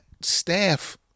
staff